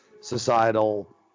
societal